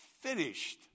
finished